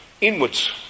inwards